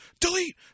delete